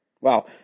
Wow